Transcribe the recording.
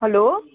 hello